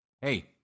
Hey